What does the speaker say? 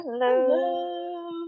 Hello